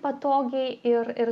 patogiai ir ir